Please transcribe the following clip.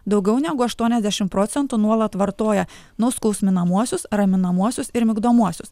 daugiau negu aštuoniasdešimt procentų nuolat vartoja nuskausminamuosius raminamuosius ir migdomuosius